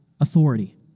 authority